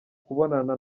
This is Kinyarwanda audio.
kubonana